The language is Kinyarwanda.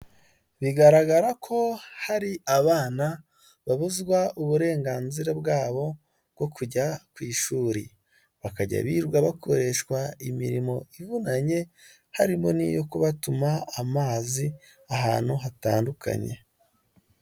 Bigaragara ko hari abana babuzwa uburenganzira bwabo, bwo kujya ku ishuri, bakajya birwa bakoreshwa imirimo ivunanye, harimo n'iyo kubatuma amazi ahantu hatandukanye.